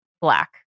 black